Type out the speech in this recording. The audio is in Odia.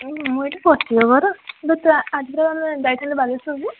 ହଁ ମୁଁ ଏଇଠି ବସିଛି ବେ ଘର ବେ ଆଜି ପରା ଆମେ ଯାଇଥାଆନ୍ତେ ବାଲେଶ୍ୱରକୁ